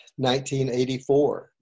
1984